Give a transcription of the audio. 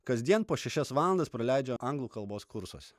kasdien po šešias valandas praleidžia anglų kalbos kursuose